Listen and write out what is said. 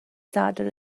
sadwrn